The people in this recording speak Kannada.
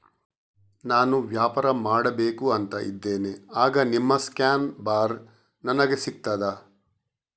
ನಾನು ವ್ಯಾಪಾರ ಮಾಡಬೇಕು ಅಂತ ಇದ್ದೇನೆ, ಆಗ ನಿಮ್ಮ ಸ್ಕ್ಯಾನ್ ಬಾರ್ ನನಗೆ ಸಿಗ್ತದಾ?